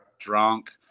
drunk